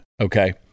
Okay